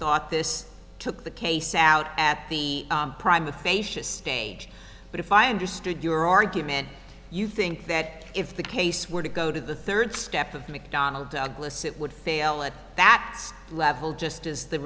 thought this took the case out at the prime of facia stage but if i understood your argument you think that if the case were to go to the third step of mcdonnell douglas it would fail at that level just as the